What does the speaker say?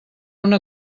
una